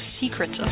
secrets